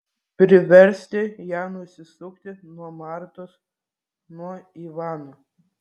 priversti ją nusisukti nuo martos nuo ivano